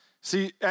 See